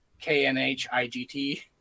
K-N-H-I-G-T